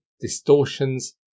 distortions